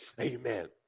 Amen